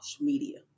media